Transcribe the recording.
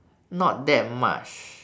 not that much